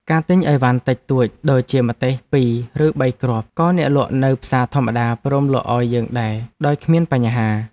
ការទិញអីវ៉ាន់តិចតួចដូចជាម្ទេសពីរឬបីគ្រាប់ក៏អ្នកលក់នៅផ្សារធម្មតាព្រមលក់ឱ្យយើងដែរដោយគ្មានបញ្ហា។